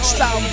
Stop